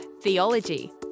Theology